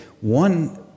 one